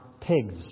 pigs